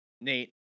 Nate